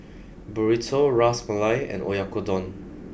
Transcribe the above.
Burrito Ras Malai and Oyakodon